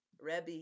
Rebbe